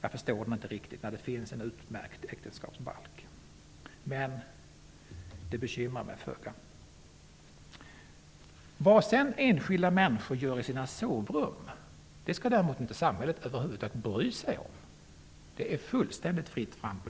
Jag förstår den inte riktigt, när det finns en utmärkt äktenskapsbalk. Men den bekymrar mig föga. Men vad enskilda människor gör i sina sovrum skall samhället över huvud taget inte bry sig om. På den punkten är det fullständigt fritt fram